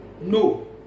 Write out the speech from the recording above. No